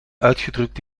uitgedrukt